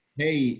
hey